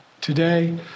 Today